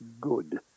good